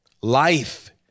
Life